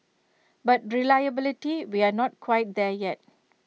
but reliability we are not quite there yet